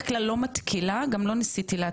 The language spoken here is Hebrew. ניסיתי להבין כי יש פה מלא טענות,